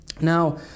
Now